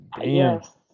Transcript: Yes